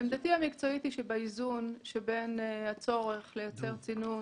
-- אני חושבת שהאיזון בין הצורך לייצר צינון